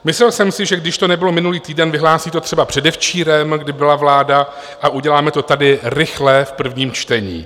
Myslel jsem si, že když to nebylo minulý týden, vyhlásí to třeba předevčírem, kdy byla vláda, a uděláme to tady rychle v prvním čtení.